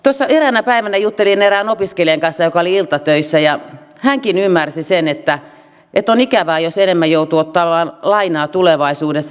tuossa eräänä päivänä juttelin erään opiskelijan kanssa joka oli iltatöissä ja hänkin ymmärsi sen että on ikävää jos enemmän joutuu ottamaan lainaa tulevaisuudessa